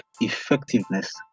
effectiveness